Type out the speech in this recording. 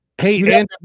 Hey